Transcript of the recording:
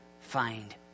find